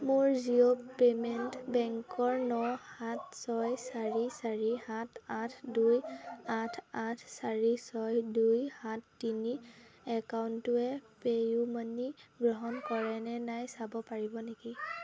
মোৰ Jio payment বেংকৰ ন সাত ছয় চাৰি চাৰি সাত আঠ দুই আঠ আঠ চাৰি ছয় দুই সাত তিনি একাউণ্টটোৱে পে' ইউ মানি গ্ৰহণ কৰে নে নাই চাব পাৰিব নেকি